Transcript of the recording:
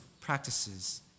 practices